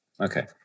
okay